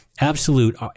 absolute